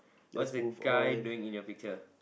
what's the guy doing in your picture